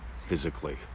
physically